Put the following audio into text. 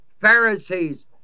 Pharisees